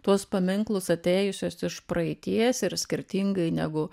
tuos paminklus atėjusius iš praeities ir skirtingai negu